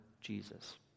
Jesus